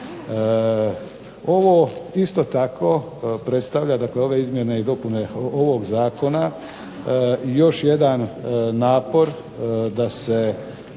Ovo isto tako predstavlja, dakle ove izmjene i dopune ovog zakona još jedan napor da se